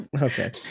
Okay